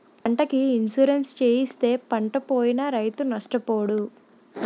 పంటకి ఇన్సూరెన్సు చేయిస్తే పంటపోయినా రైతు నష్టపోడు